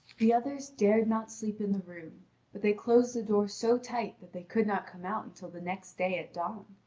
the others dared not sleep in the room but they closed the door so tight that they could not come out until the next day at dawn.